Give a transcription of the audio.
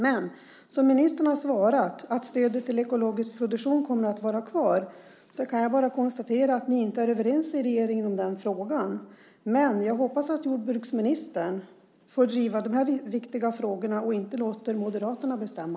Men ministern har svarat att stödet till ekologisk produktion kommer att vara kvar. Då kan jag bara konstatera att ni inte är överens i regeringen i den frågan, men jag hoppas att jordbruksministern får driva de här viktiga frågorna och inte låter Moderaterna bestämma.